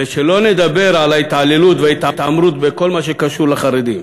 ושלא נדבר על ההתעללות וההתעמרות בכל מה שקשור לחרדים.